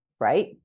right